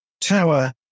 Tower